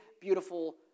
beautiful